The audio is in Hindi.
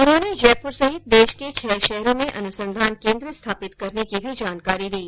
उन्होंने जयपुर सहित देश के छह शहरों में अनुसंधान केन्द्र स्थापित करने की भी जानकारी दी